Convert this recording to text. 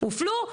הופלו,